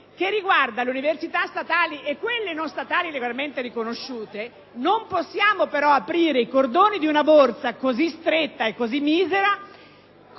che riguarda le università statali e quelle non statali legalmente riconosciute, non possiamo però aprire i cordoni di una borsa così stretta e così misera